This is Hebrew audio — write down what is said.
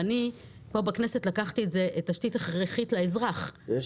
פה בכנסת לקחתי את זה לתשתית הכרחית לאזרח --- יש